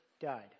died